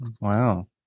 Wow